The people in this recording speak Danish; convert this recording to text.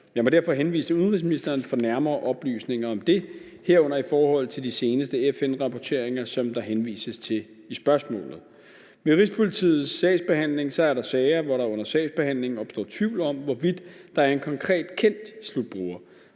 Jeg må derfor henvise til udenrigsministeren for nærmere oplysninger om det, herunder i forhold til de seneste FN-rapporteringer, som der henvises til i spørgsmålet. I Rigspolitiets sagsbehandling er der sager, hvor der under sagsbehandlingen opstår tvivl om, hvorvidt der er en konkret kendt slutbruger,